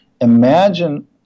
Imagine